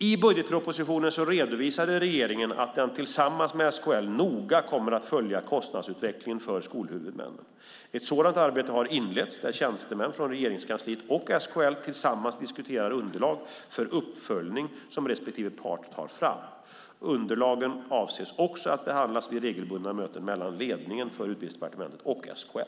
I budgetpropositionen redovisade regeringen att den tillsammans med SKL noga kommer att följa kostnadsutvecklingen för skolhuvudmännen. Ett sådant arbete har inletts där tjänstemän från Regeringskansliet och SKL tillsammans diskuterar underlag för uppföljning som respektive part tar fram. Underlagen avses också att behandlas vid regelbundna möten mellan ledningen för Utbildningsdepartementet och SKL.